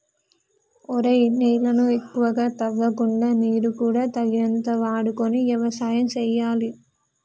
ఒరేయ్ నేలను ఎక్కువగా తవ్వకుండా నీరు కూడా తగినంత వాడుకొని యవసాయం సేయాలి